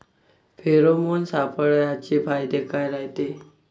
Pheromone सापळ्याचे फायदे काय रायते?